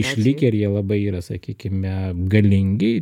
išlikę ir jie labai yra sakykime galingi